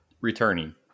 returning